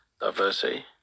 diversity